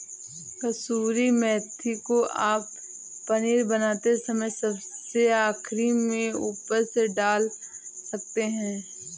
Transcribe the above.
कसूरी मेथी को आप पनीर बनाते समय सबसे आखिरी में ऊपर से डाल सकते हैं